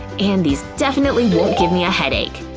and these definitely won't give me a headache.